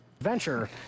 Venture